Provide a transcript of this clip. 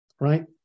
right